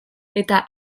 eta